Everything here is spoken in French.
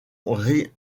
régalienne